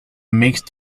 mixed